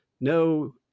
no